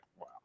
wow